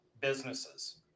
businesses